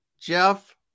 Jeff